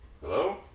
Hello